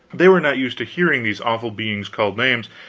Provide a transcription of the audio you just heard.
they were not used to hearing these awful beings called names,